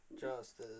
Justice